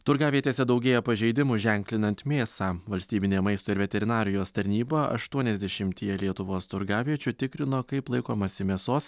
turgavietėse daugėja pažeidimų ženklinant mėsą valstybinė maisto ir veterinarijos tarnyba aštuoniasdešimtyje lietuvos turgaviečių tikrino kaip laikomasi mėsos